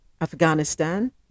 afghanistan